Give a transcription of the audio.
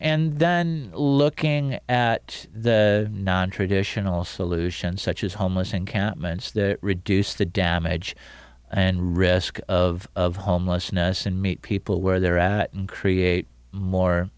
and then looking at nontraditional solutions such as homeless encampments reduce the damage and risk of homelessness and meet people where they're at and create more